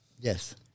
Yes